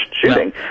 shooting